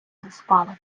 доспала